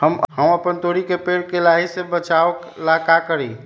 हम अपना तोरी के पेड़ के लाही से बचाव ला का करी?